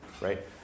right